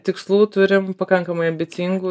tikslų turim pakankamai ambicingų